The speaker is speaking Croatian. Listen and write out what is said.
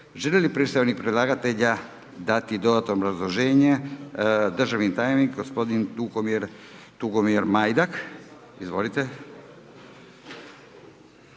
Želi li predstavnik predlagatelja dati dodatno obrazloženje, državni tajnik gospodin Tugomir Majdak? Izvolite.